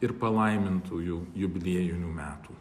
ir palaimintųjų jubiliejinių metų